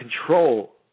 control